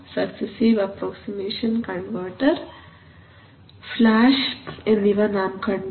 successive approximation converter flash എന്നിവ നാം കണ്ടു